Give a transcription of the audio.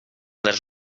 les